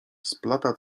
splata